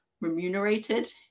remunerated